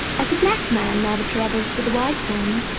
as a black man never travels with a white one,